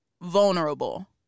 vulnerable